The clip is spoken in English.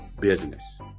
business